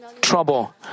trouble